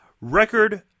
record